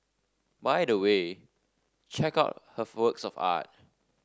by the way check out her works of art